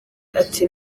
ati